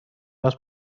است